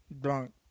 drunk